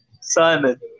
Simon